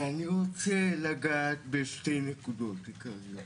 ואני רוצה לגעת בשתי נקודות עיקריות.